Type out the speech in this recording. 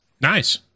Nice